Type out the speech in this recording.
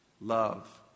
love